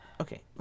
Okay